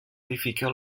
edificar